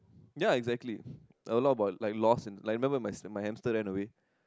ya exactly a lot about like lost like I remember my hamster ran away